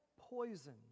poison